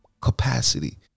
capacity